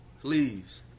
Please